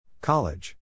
College